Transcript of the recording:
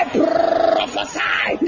prophesy